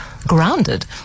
grounded